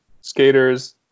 Skaters